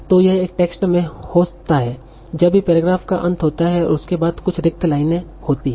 तो यह एक टेक्स्ट में होता है जब भी पैराग्राफ का अंत होता है और उसके बाद कुछ रिक्त लाइनें होती हैं